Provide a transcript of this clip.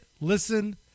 listen